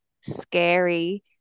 scary